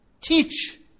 teach